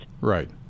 Right